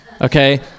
okay